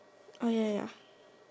oh ya ya ya